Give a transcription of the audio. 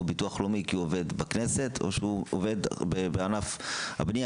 ביטוח לאומי כי הוא עובד בכנסת או שהוא עובד בענף הבנייה.